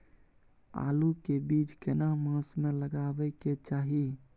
आलू के बीज केना मास में लगाबै के चाही?